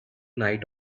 night